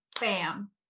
bam